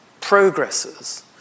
progresses